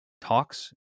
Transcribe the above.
talks